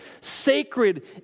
sacred